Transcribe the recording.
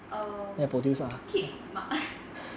um kid